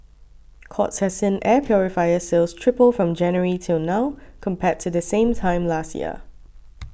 courts has seen air purifier sales triple from January till now compared to the same time last year